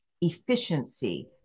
efficiency